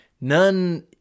None